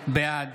בעד